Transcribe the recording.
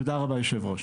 תודה רבה היו"ר.